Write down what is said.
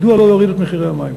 מדוע לא להוריד את מחירי המים?